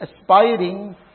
aspiring